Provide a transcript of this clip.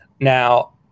Now